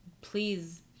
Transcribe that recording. please